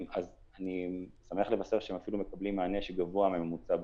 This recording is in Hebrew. ואני שמח לבשר שהם אפילו מקבלים מענה גבוה מהממוצע בקרן.